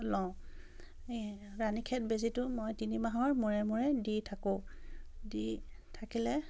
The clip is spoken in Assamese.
লওঁ এই ৰাণী খেত বেজীটো মই তিনিমাহৰ মূৰে মূৰে দি থাকোঁ দি থাকিলে